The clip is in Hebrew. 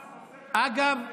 אגב,